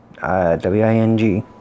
w-i-n-g